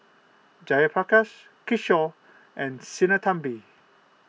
Jayaprakash Kishore and Sinnathamby